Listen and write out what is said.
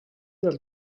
del